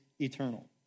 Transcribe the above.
eternal